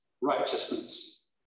righteousness